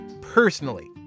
personally